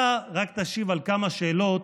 אתה רק תשיב על כמה שאלות